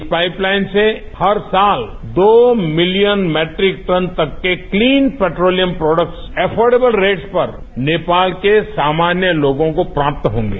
इस pipeline से हर साल दो मिलियन मैट्रिक टन तक के clean petroleum products affordable rates पर नेपाल के सामान्य लोगो को प्राप्त होंगे